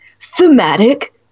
Thematic